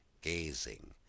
gazing